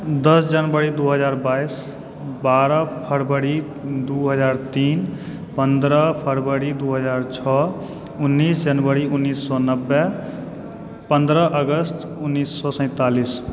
दश जनवरी दू हजार बाइस बारह फरबरी दू हजार तीन पन्द्रह फरवरी दू हजार छओ उन्नीस जनवरी उन्नीस सए नबे पन्द्रह अगस्त उन्नीस सए सैंतालिस